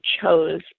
chose